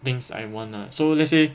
things I want lah so let's say